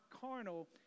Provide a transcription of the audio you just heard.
carnal